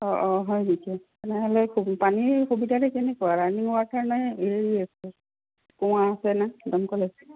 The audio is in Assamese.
অঁ অঁ হয় নেকি তেনেহ'লে পানীৰ সুবিধাটো কেনেকুৱা ৰাণিং ৱাটাৰনে এই আছে কুঁৱা আছেনে দমকল আছে